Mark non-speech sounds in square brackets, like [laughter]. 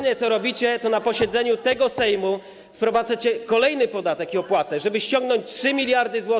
Jedyne, co robicie, to na posiedzeniu tego Sejmu wprowadzacie kolejny podatek i opłatę, [noise] żeby ściągnąć 3 mld zł.